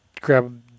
grab